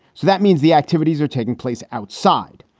so that means the activities are taking place outside.